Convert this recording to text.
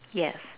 yes